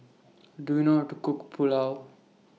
Do YOU know How to Cook Pulao